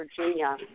Virginia